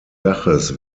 daches